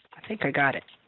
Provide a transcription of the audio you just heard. i think i got it.